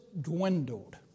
dwindled